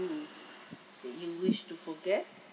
that you wish to forget